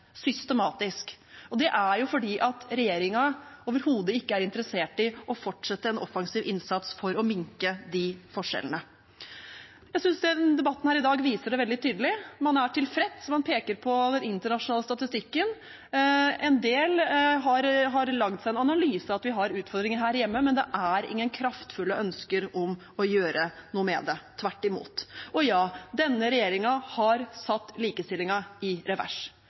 systematisk. Det er fordi regjeringen overhodet ikke er interessert i å fortsette en offensiv innsats for å minske de forskjellene. Jeg synes debatten her i dag viser det veldig tydelig: Man er tilfreds, man peker på den internasjonale statistikken. En del har lagd seg en analyse av at vi har utfordringer her hjemme, men det er ingen kraftfulle ønsker om å gjøre noe med det – tvert imot. Ja, denne regjeringen har satt likestillingen i revers.